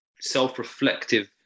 self-reflective